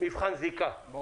מבחן זיקה.